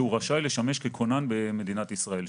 שהוא רשאי לשמש ככונן במדינת ישראל.